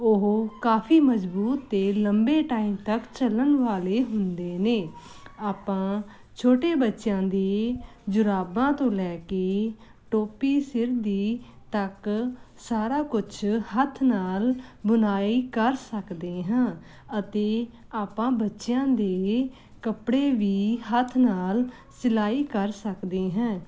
ਉਹ ਕਾਫੀ ਮਜਬੂਤ ਤੇ ਲੰਬੇ ਟਾਈਮ ਤੱਕ ਚੱਲਣ ਵਾਲੇ ਹੁੰਦੇ ਨੇ ਆਪਾਂ ਛੋਟੇ ਬੱਚਿਆਂ ਦੀ ਜੁਰਾਬਾਂ ਤੋਂ ਲੈ ਕੇ ਟੋਪੀ ਸਿਰ ਦੀ ਤੱਕ ਸਾਰਾ ਕੁਛ ਹੱਥ ਨਾਲ ਬੁਨਾਈ ਕਰ ਸਕਦੇ ਹਾਂ ਅਤੇ ਆਪਾਂ ਬੱਚਿਆਂ ਦੇ ਕੱਪੜੇ ਵੀ ਹੱਥ ਨਾਲ ਸਿਲਾਈ ਕਰ ਸਕਦੇ ਹੈਂ